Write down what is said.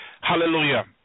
Hallelujah